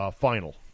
final